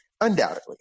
Undoubtedly